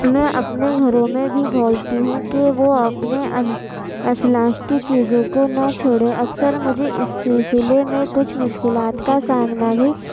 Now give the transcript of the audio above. میں اپنے گھروں میں بھی بولتی ہوں کہ وہ اپںے اسلاف کی چیزوں کو نہ چھوڑیں اکثر مجھے اس سلسلے میں کچھ مشکلات کا سامنا بھی